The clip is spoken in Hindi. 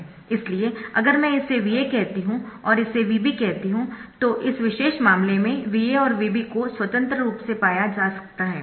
इसलिए अगर मैं इसे VA कहती हूं और इसे VB कहती हूं तो इस विशेष मामले में VAऔर VB को स्वतंत्र रूप से पाया जा सकता है